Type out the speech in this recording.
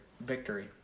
Victory